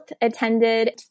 attended